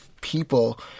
people